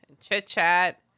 chit-chat